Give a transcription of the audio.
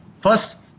First